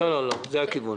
לא, זה הכיוון.